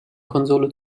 konsole